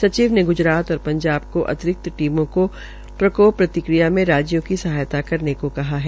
सचिव ने ग् रात और पं ाब को अतिरिक्त टीमों को प्रकोप प्रतिक्रिया में राज्यों की सहायात करने को कहा है